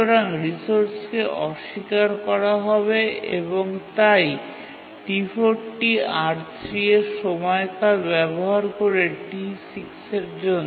সুতরাং রিসোর্সকে অস্বীকার করা হবে এবং তাই T4 টি R3 এবং সময়কাল ব্যবহার করে T6 এর জন্য